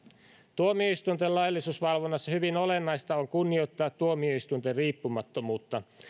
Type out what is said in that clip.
tuomioistuinten laillisuusvalvonnassa hyvin olennaista on kunnioittaa tuomioistuinten riippumattomuutta